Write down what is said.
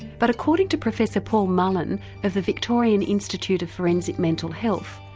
but according to professor paul mullen of the victorian institute of forensic mental health,